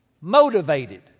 motivated